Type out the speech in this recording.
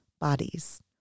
bodies